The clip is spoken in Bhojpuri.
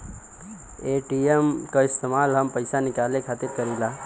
ए.टी.एम क इस्तेमाल हम पइसा निकाले खातिर करीला